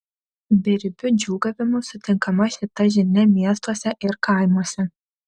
beribiu džiūgavimu sutinkama šita žinia miestuose ir kaimuose